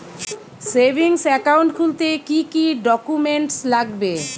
Savings account খুলতে কি কি ডকুমেন্টস লাগবে?